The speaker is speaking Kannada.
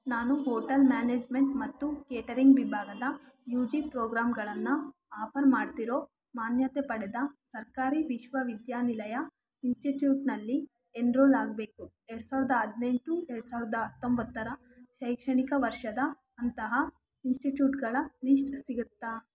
ನಾನು ಹೋಟೆಲ್ ಮ್ಯಾನೇಜ್ಮೆಂಟ್ ಮತ್ತು ಕೇಟರಿಂಗ್ ವಿಭಾಗದ ಯು ಜಿ ಪ್ರೋಗ್ರಾಂಗಳನ್ನ ಆಫರ್ ಮಾಡ್ತಿರೋ ಮಾನ್ಯತೆ ಪಡೆದ ಸರ್ಕಾರಿ ವಿಶ್ವವಿದ್ಯಾನಿಲಯ ಇನ್ಸ್ಟಿಟ್ಯೂಟ್ನಲ್ಲಿ ಎನ್ರೋಲ್ ಆಗಬೇಕು ಎರಡು ಸಾವಿರ್ದ ಹದಿನೆಂಟು ಎರಡು ಸಾವಿರ್ದ ಹತ್ತೊಂಬತ್ತರ ಶೈಕ್ಷಣಿಕ ವರ್ಷದ ಅಂತಹ ಇನ್ಸ್ಟಿಟ್ಯೂಟ್ಗಳ ಲಿಸ್ಟ್ ಸಿಗುತ್ತಾ